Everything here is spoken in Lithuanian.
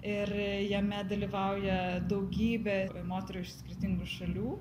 ir jame dalyvauja daugybė moterų iš skirtingų šalių